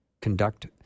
conduct